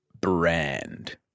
brand